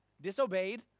disobeyed